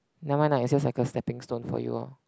never mind lah it's just like a stepping stone for you orh